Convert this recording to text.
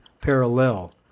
parallel